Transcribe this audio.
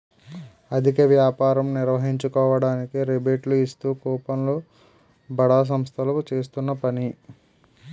అధిక వ్యాపారం నిర్వహించుకోవడానికి రిబేట్లు ఇస్తూ కూపన్లు ను బడా సంస్థలు చేస్తున్న పని